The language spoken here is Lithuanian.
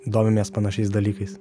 domimės panašiais dalykais